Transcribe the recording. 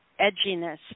edginess